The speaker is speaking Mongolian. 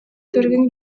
түргэн